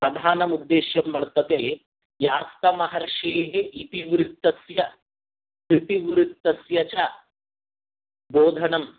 प्रधानमुद्देश्यं वर्तते यास्कमहर्षेः इतिवृत्तस्य कृतिवृत्तस्य च बोधनं